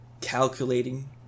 calculating